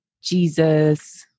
Jesus